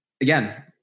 again